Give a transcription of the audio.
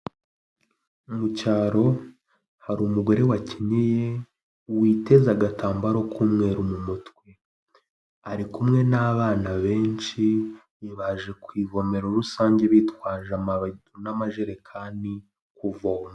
Mu cyaro hari umugore wakenyeye witeza agatambaro k'umweru mu mutwe, ari kumwe n'abana benshi baje ku ivomero rusange bitwaje amabase n'amajerekani kuvoma.